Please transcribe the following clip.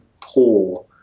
poor